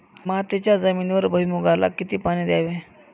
मातीच्या जमिनीवर भुईमूगाला किती पाणी द्यावे?